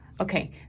Okay